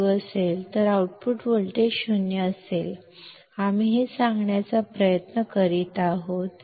V1V2 ಆಗಿರುವುದ್ದರಿಂದ output voltage 0 ಆಗಿರುತ್ತದೆ ಇದನ್ನೇ ನಾವು ಹೇಳಲು ಪ್ರಯತ್ನಿಸುತ್ತಿದ್ದೇವೆ